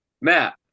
Matt